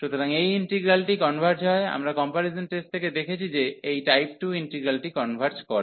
সুতরাং এই ইন্টিগ্রালটি কনভার্জ হয় আমরা কম্পারিজন টেস্ট থেকে দেখেছি যে এই টাইপ 2 ইন্টিগ্রালটি কনভার্জ করে